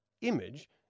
image